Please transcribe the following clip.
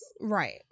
Right